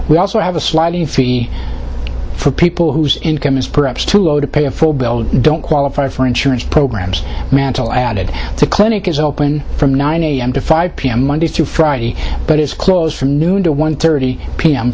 we also have a sliding fee for people whose income is perhaps too low to pay a full bill don't qualify for insurance programs mantle added the clinic is open from nine am to five pm monday through friday but it's close from noon to one thirty p